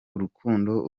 urukundo